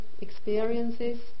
experiences